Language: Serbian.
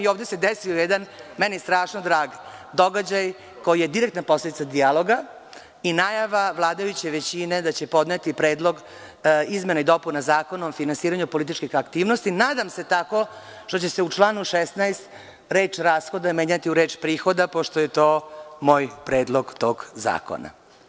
Ovde se desio jedan, meni strašno drag događaj koji je direktna posledica dijaloga i najava vladajuće većine da će podneti predlog izmena i dopuna Zakona o finansiranju političkih aktivnosti i nadam se tako što će se u članu 16. reč „rashoda“ menjati u reč „prihoda“, pošto je to moj predlog, tog zakona.